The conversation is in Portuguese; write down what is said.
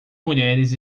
mulheres